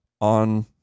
on